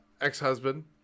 ex-husband